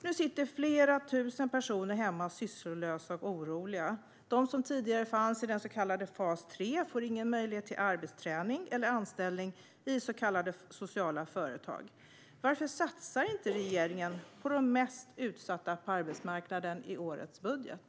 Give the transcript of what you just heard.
Nu sitter flera tusen personer hemma, sysslolösa och oroliga. De som tidigare fanns i den så kallade fas 3 får ingen möjlighet till arbetsträning eller anställning i så kallade sociala företag. Varför satsar inte regeringen på de mest utsatta på arbetsmarknaden i årets budget?